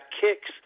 kicks